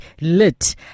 lit